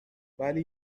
ولی